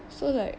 so like